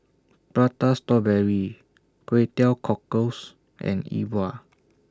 Prata Strawberry Kway Teow Cockles and E Bua